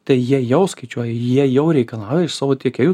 tai jie jau skaičiuoja jie jau reikalauja iš savo tiekėjų